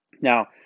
Now